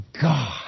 God